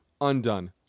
undone